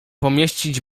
pomieścić